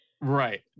Right